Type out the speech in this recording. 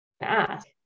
ask